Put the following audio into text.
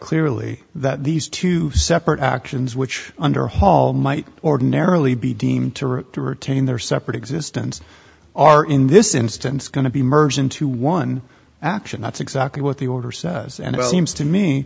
clearly that these two separate actions which under hall might ordinarily be deemed to route to retain their separate existence are in this instance going to be merged into one action that's exactly what the order says